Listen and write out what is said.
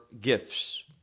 gifts